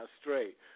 straight